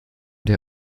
der